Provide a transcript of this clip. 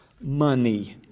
money